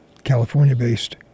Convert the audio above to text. California-based